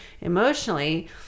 emotionally